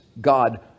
God